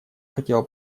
хотела